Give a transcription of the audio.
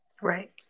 Right